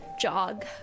Jog